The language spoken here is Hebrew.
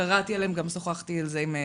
שקראתי עליהם, וגם שוחחתי על זה עם נעמה.